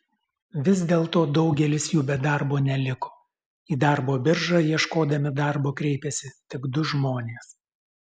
vis dėlto daugelis jų be darbo neliko į darbo biržą ieškodami darbo kreipėsi tik du žmonės